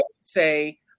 say